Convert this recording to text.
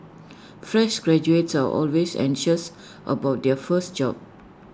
fresh graduates are always anxious about their first job